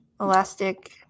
Elastic